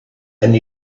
and